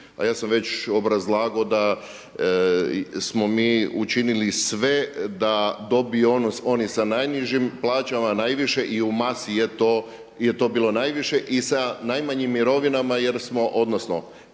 ja sam već obrazlagao da smo mi učinili sve da dobiju oni sa najnižim plaćama najviše i u masi je to bilo najviše i sa najmanjim mirovinama jer smo, odnosno